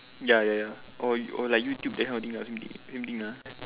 ya ya ya or or like YouTube that kind of thing lah same thing ah